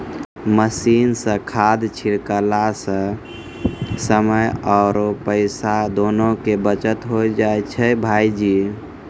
machine सॅ खाद छिड़कला सॅ समय आरो पैसा दोनों के बचत होय जाय छै भायजी